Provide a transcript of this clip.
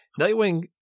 Nightwing